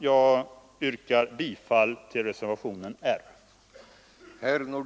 Jag yrkar bifall till reservationen R.